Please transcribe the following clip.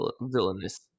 villainous